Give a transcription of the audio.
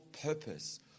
purpose